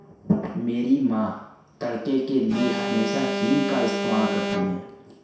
मेरी मां तड़के के लिए हमेशा हींग का इस्तेमाल करती हैं